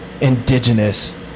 indigenous